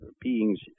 beings